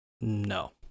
no